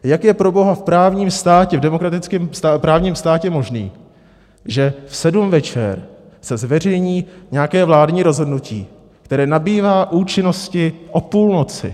A jak je proboha v právním státě, v demokratickém právním státě možné, že v sedm večer se zveřejní nějaké vládní rozhodnutí, které nabývá účinnosti o půlnoci?